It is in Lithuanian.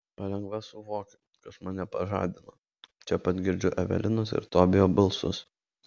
palengva suvokiu kas mane pažadino čia pat girdžiu evelinos ir tobijo balsus